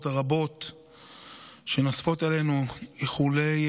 שיעזור לנו לצאת מהסערה מהר יותר.